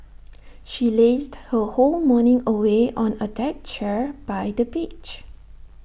she lazed her whole morning away on A deck chair by the beach